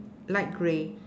light grey